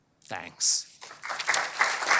Thanks